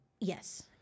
Yes